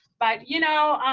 but you know,